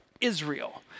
Israel